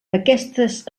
aquestes